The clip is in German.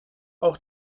auch